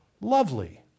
lovely